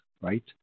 right